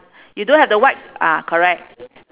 you don't have the white ah correct